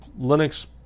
Linux